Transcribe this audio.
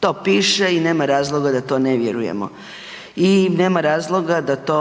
to piše i nema razloga da to ne vjerujemo i nema razloga da to